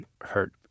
hurt